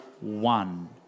one